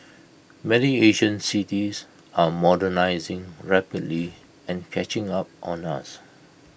many Asian cities are modernising rapidly and catching up on us